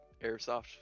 airsoft